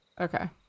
okay